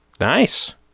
Nice